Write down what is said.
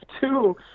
two